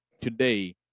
today